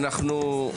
שלום לכולם,